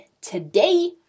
today